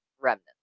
remnants